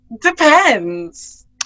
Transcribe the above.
depends